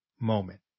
moment